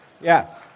Yes